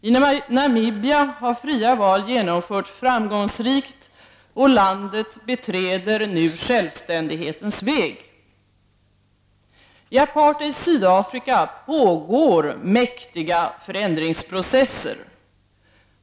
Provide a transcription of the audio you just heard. I Namibia har fria val genomförts framgångsrikt, och landet beträder nu självständighetens väg. I apartheids Sydafrika pågår mäktiga förändringsprocesser.